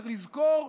צריך לזכור,